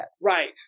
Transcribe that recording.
Right